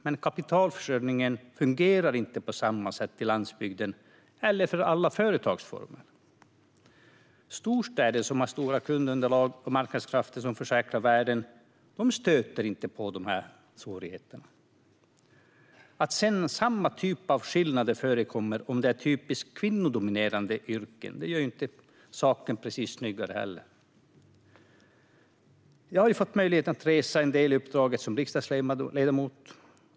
Men kapitalförsörjningen fungerar inte på samma sätt i landsbygden eller för alla företagsformer. I storstäder där det finns stora kundunderlag och marknadskrafter som försäkrar värden stöter man inte på dessa svårigheter. Att samma typ av skillnader förekommer om det är typiskt kvinnodominerade yrken gör inte saken snyggare heller precis. Jag har fått möjligheten att resa en del genom uppdraget som riksdagsledamot.